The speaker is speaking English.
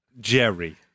Jerry